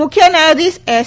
મુખ્ય ન્યાયાધીશ એસ